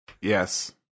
Yes